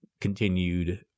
continued